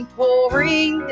pouring